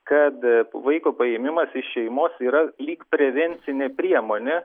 kad vaiko paėmimas iš šeimos yra lyg prevencinė priemonė